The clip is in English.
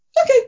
okay